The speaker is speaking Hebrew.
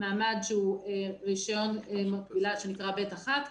ניתן מעמד שהוא רישיון שנקרא ב/1,